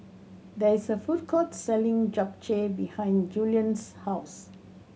there is a food court selling Japchae behind Julien's house